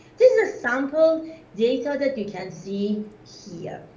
this is a sample data that you can see here.